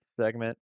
segment